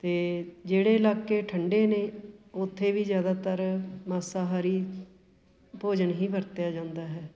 ਅਤੇ ਜਿਹੜੇ ਇਲਾਕੇ ਠੰਡੇ ਨੇ ਉੱਥੇ ਵੀ ਜ਼ਿਆਦਾਤਰ ਮਾਸਾਹਾਰੀ ਭੋਜਨ ਹੀ ਵਰਤਿਆ ਜਾਂਦਾ ਹੈ